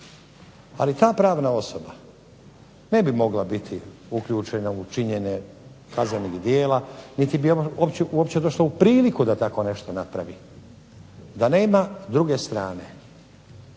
Ali ta pravna osoba ne bi mogla biti uključena u činjenje kaznenih djela niti bi uopće došla u priliku da tako nešto napravi da nema druge strane,